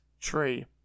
tree